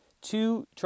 two